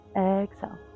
exhale